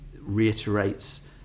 reiterates